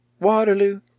Waterloo